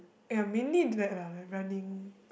ya mainly dread lah like running